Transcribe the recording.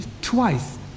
twice